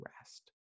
rest